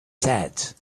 said